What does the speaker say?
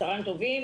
צוהריים טובים.